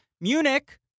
Munich